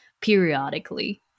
periodically